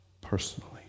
personally